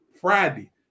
Friday